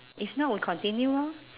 if not we continue lor